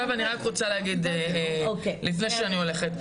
אני רוצה להגיד לפני שאני הולכת.